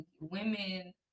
women